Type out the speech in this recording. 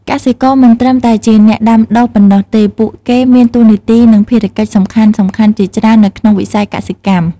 កសិករមិនត្រឹមតែជាអ្នកដាំដុះប៉ុណ្ណោះទេ ពួកគេមានតួនាទី និងភារកិច្ចសំខាន់ៗជាច្រើននៅក្នុងវិស័យកសិកម្ម។